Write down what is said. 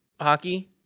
hockey